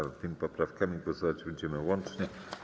Nad tymi poprawkami głosować będziemy łącznie.